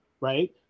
right